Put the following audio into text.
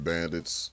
Bandits